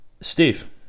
Steve